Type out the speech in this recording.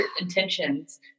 intentions